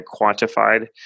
quantified